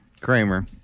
Kramer